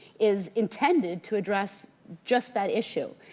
is intended to address just that issue.